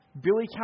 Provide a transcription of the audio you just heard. billy